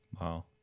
wow